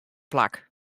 plak